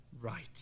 right